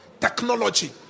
technology